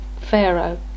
Pharaoh